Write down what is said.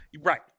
right